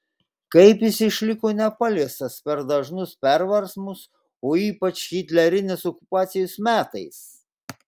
kaip jis išliko nepaliestas per dažnus perversmus o ypač hitlerinės okupacijos metais